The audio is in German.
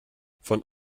von